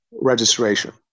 registration